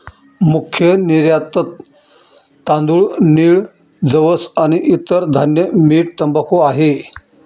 मुख्य निर्यातत तांदूळ, नीळ, जवस आणि इतर धान्य, मीठ, तंबाखू आहे